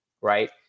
right